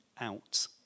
out